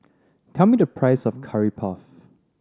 tell me the price of Curry Puff